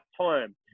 time